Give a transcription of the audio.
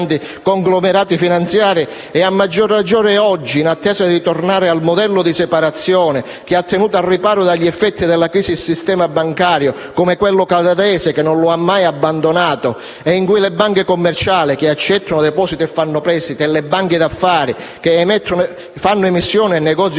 conglomerati finanziari e a maggior ragione oggi, in attesa di ritornare al modello di separazione che ha tenuto al riparo dagli effetti della crisi il sistema bancario, come quello canadese, che non lo ha mai abbandonato, in cui le banche commerciali (che accettano depositi e fanno prestiti) e le banche d'affari (che fanno emissione e negoziano